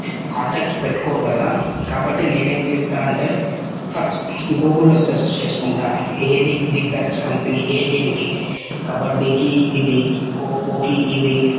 contacts పెట్టుకోరు కదా కాబట్టి నేను ఏం చేస్తా అంటే ఫస్ట్ గూగుల్లో సెర్చ్ చేసుకుంటాను ఏది ది బెస్ట్ కంపెనీ ఏ గేమ్కి కబడ్డీకి ఇది ఖోఖోకి ఇది